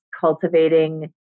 cultivating